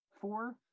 Four